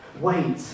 Wait